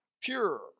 pure